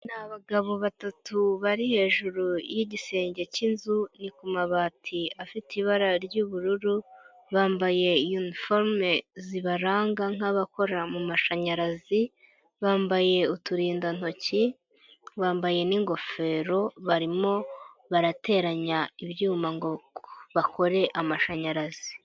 Ni abagabo batatu bari hejuru y'igisenge cy'inzu ni kumabati afite ibara ry'ubururu, bambaye uni forme zibaranga nk'abakora mumashanyarazi, bambaye uturindantoki ,bambaye n'ingofero barimo barateranya ibyuma ngo bakore amashanyarazi.